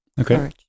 Okay